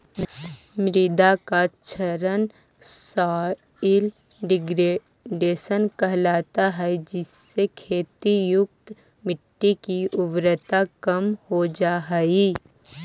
मृदा का क्षरण सॉइल डिग्रेडेशन कहलाता है जिससे खेती युक्त मिट्टी की उर्वरता कम हो जा हई